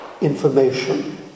information